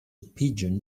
pigeon